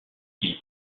ils